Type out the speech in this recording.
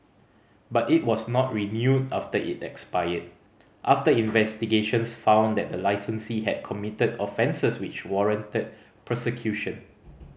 but it was not renewed after it expired after investigations found that the licensee had committed offences which warranted prosecution